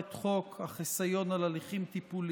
כבר אישרנו את חוק החיסיון על הליכים טיפוליים,